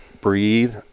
breathe